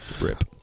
Rip